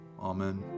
Amen